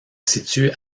situe